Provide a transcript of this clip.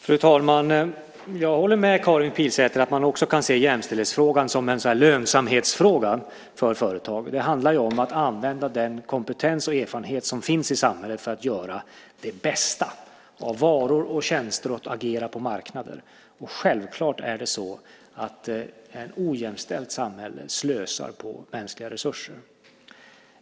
Fru talman! Jag håller med Karin Pilsäter om att man också kan se jämställdhetsfrågan som en lönsamhetsfråga för företag. Det handlar om att använda den kompetens och erfarenhet som finns i samhället för att göra det bästa av varor och tjänster och för att agera på marknader. Självklart slösar ett ojämställt samhälle på mänskliga resurser.